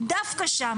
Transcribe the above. דווקא שם.